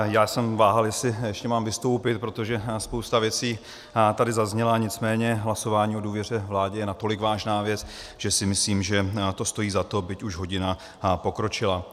Já jsem váhal, jestli ještě mám vystoupit, protože spousta věcí tady zazněla, nicméně hlasování o důvěře vládě je natolik vážná věc, že si myslím, že to stojí za to, byť už hodina pokročila.